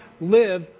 live